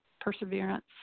perseverance